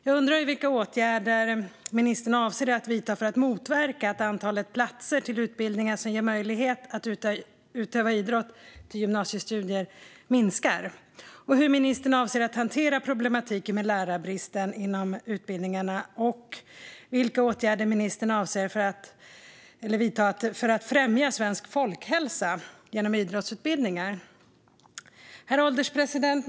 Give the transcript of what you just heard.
Jag undrar vilka åtgärder ministern avser att vidta för att motverka att antalet platser till utbildningar som ger möjlighet att utöva idrott vid gymnasiestudier minskar, hur ministern avser att hantera problematiken med lärarbristen inom utbildningarna och vilka åtgärder ministern avser att vidta för att främja svensk folkhälsa genom idrottsutbildningar. Herr ålderspresident!